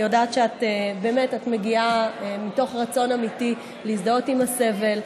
אני יודעת שאת מגיעה מתוך רצון אמיתי להזדהות עם הסבל.